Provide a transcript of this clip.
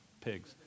pigs